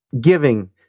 giving